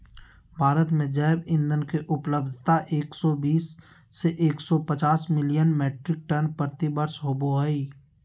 भारत में जैव ईंधन के उपलब्धता एक सौ बीस से एक सौ पचास मिलियन मिट्रिक टन प्रति वर्ष होबो हई